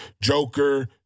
Joker